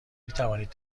میتوانید